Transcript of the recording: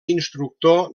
instructor